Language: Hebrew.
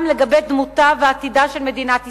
לגבי דמותה ועתידה של מדינת ישראל.